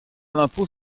l’impôt